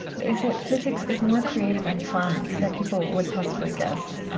is that physics is more creative and fun than people would possibly guess,